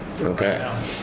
Okay